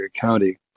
County